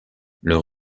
leur